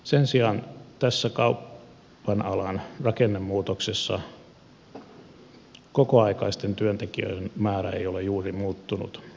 sen sijaan tässä kaupan alan rakennemuutoksessa kokoaikaisten työntekijöiden määrä ei ole juuri muuttunut